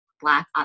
Black